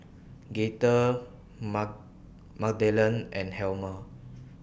Gaither Magdalen and Helmer